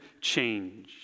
change